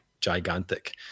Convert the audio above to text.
gigantic